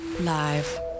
Live